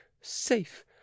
safe